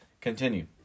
Continue